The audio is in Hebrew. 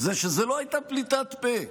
זה שזו לא הייתה פליטת פה,